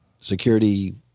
security